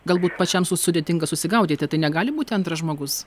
galbūt pačiam su sudėtinga susigaudyti tai negali būti antras žmogus